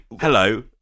Hello